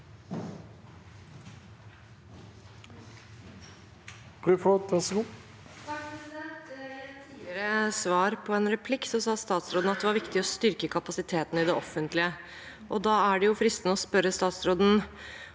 I et tidligere svar på en replikk sa statsråden at det var viktig å styrke kapasiteten i det offentlige. Da er det fristende å spørre statsråden